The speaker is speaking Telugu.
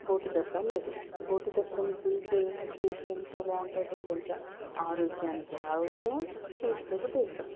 బోటి దప్పడం అవుతుంది బోటి దప్పడం తింటే టేస్ట్ ఎంత బాగుంటుందో తెలుసా ఆరోగ్యానికి ఆరోగ్యం టేస్ట్కు టేస్ట్